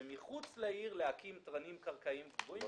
ומחוץ לעיר להקים תרנים קרקעיים גבוהים,